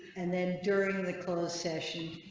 and then during the closed session.